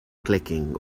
clicking